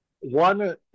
one